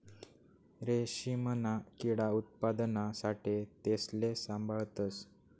रेशीमना किडा उत्पादना साठे तेसले साभाळतस